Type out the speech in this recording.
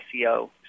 SEO